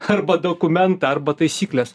arba dokumentą arba taisykles